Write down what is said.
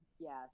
Yes